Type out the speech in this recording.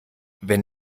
wenn